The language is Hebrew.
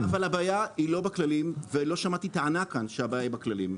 אבל הבעיה היא לא בכללים ולא שמעתי טענה כאן שהבעיה היא בכללים,